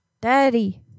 daddy